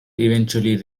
eventually